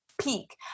peak